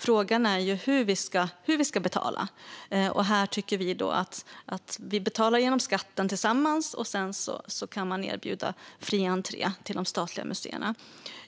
Frågan är ju hur vi ska betala, och Vänsterpartiet tycker att vi ska betala tillsammans genom skatten. På det sättet kan vi erbjuda fri entré till de statliga museerna.